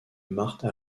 marthe